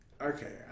okay